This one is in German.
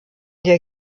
der